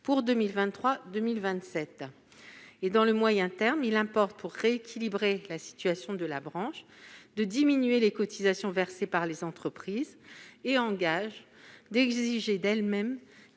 période 2023 à 2027. À moyen terme, il importe pour rééquilibrer la situation de la branche de diminuer les cotisations versées par les entreprises et, en gage, d'exiger d'elles